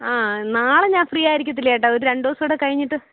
ആ നാളെ ഞാൻ ഫ്രീ ആയിരിക്കത്തില്ല ചേട്ടാ ഒരു രണ്ടു ദിവസം കൂടി കഴിഞ്ഞിട്ട്